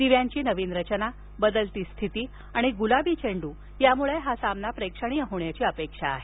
दिव्यांची नवी रचना बदलती स्थिती आणि ग्लाबी चेंड् यामुळे हा सामना प्रेक्षणीय होण्याची अपेक्षा आहे